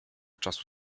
czasu